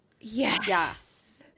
yes